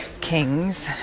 Kings